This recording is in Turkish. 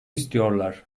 istiyorlar